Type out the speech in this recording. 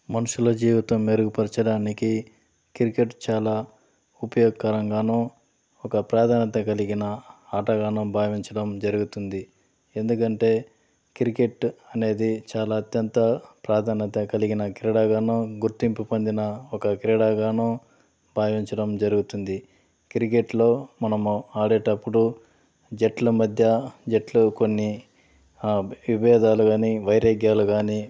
మనుషుల జీవితం మెరుగుపరచడానికి క్రికెట్ చాలా ఉపయోగకరంగాను ఒక ప్రాధాన్యత కలిగిన ఆటగాను భావించడం జరుగుతుంది ఎందుకంటే క్రికెట్ అనేది చాలా అత్యంత ప్రాధాన్యత కలిగిన క్రీడగాను గుర్తింపు పొందిన ఒక క్రీడాగాను భావించడం జరుగుతుంది క్రికెట్లో మనము ఆడేటప్పుడు జట్ల మధ్య జట్లు కొన్ని భే విభేదాలు కానీ వైరాగ్యాలు కానీ